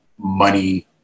money